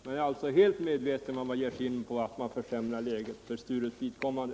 Man är alltså helt medveten om att man försämrar läget för Sturups vidkommande.